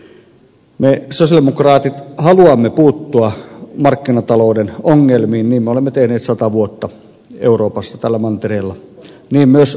me sosialidemokraatit haluamme puuttua markkinatalouden ongelmiin niin me olemme tehneet sata vuotta euroopassa tällä mantereella ja myös rahoitusmarkkinoiden ongelmiin